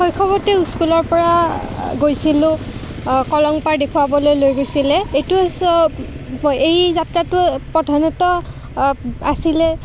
শৈশৱতে স্কুলৰপৰা গৈছিলোঁ কলংপাৰ দেখুৱাবলৈ লৈ গৈছিলে এইটো চব এই যাত্ৰাটোৱে প্ৰধানতঃ আছিলে